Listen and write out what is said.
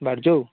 ବାହାରୁଛୁ ଆଉ